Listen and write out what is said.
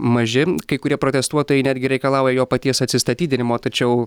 maži kai kurie protestuotojai netgi reikalauja jo paties atsistatydinimo tačiau